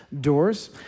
doors